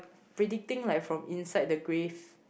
predicting like from inside the grave